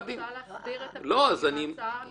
אני רוצה להסדיר את ההצעה הנוכחית.